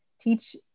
teach